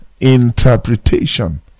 interpretation